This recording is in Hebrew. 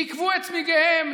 ניקבו את צמיגיהם,